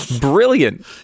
Brilliant